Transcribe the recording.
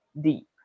Deep